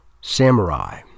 Samurai